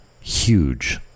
Huge